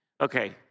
okay